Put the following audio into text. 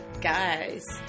Guys